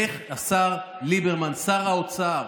איך השר ליברמן, שר האוצר,